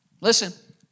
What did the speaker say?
Listen